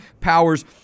powers